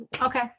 Okay